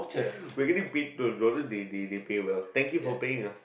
we are getting paid in order they they pay well thank you for paying ah